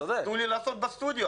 תנו לי לעשות בסטודיו.